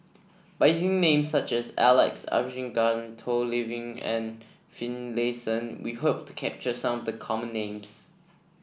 by using names such as Alex Abisheganaden Toh Liying and Finlayson we hope to capture some of the common names